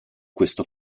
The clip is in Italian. questo